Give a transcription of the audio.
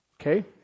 Okay